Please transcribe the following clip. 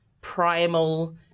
primal